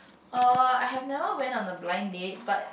uh I have never went on a blind date but